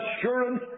assurance